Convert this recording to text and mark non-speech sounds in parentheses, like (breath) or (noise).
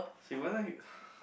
she wasn't Heath (breath)